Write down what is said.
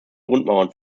grundmauern